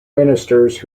ministers